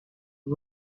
the